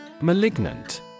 Malignant